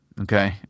okay